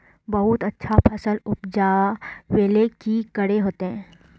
बहुत अच्छा फसल उपजावेले की करे होते?